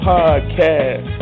Podcast